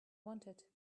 wanted